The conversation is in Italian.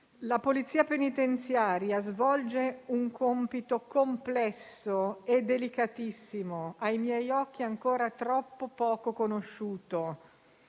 La polizia penitenziaria svolge un compito complesso e delicatissimo, ai miei occhi ancora troppo poco conosciuto.